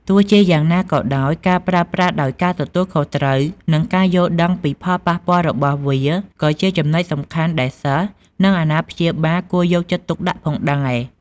ទោះជាយ៉ាងណាក៏ដោយ ការប្រើប្រាស់ដោយការទទួលខុសត្រូវ និងការយល់ដឹងពីផលប៉ះពាល់របស់វា ក៏ជាចំណុចសំខាន់ដែលសិស្ស និងអាណាព្យាបាលគួរយកចិត្តទុកដាក់ផងដែរ។